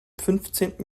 fünfzehnten